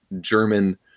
German